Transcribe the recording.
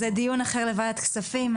זה דיון אחר לוועדת כספים.